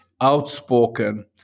Outspoken